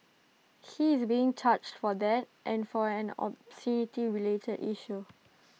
he is being charged for that and for an obscenity related issue